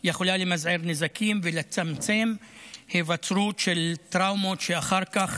יכולה למזער נזקים ולצמצם היווצרות של טראומות שאחר כך